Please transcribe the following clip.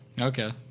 Okay